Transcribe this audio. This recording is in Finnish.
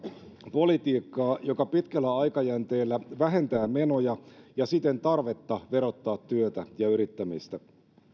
politiikkaa joka pitkällä aikajänteellä vähentää menoja ja siten tarvetta verottaa työtä ja yrittämistä